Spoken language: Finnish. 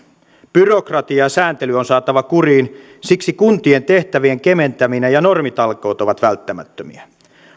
byrokratia ja sääntely on saatava kuriin siksi kuntien tehtävien keventäminen ja normitalkoot ovat välttämättömiä